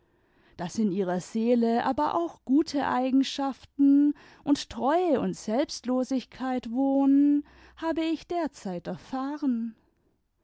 daß in ihrer seele aber auch gute eigenschaften und treue und selbstlosigkeit wohnen habe ich derzeit erfahren